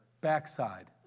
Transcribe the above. backside